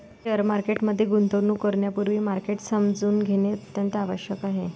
share market मध्ये गुंतवणूक करण्यापूर्वी मार्केट समजून घेणे अत्यंत आवश्यक आहे